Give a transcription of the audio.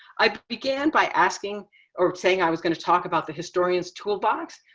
i began by asking or saying i was gonna talk about the historian's toolbox.